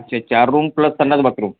अच्छा चार room plus संडास बातरूम